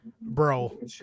bro